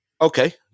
Okay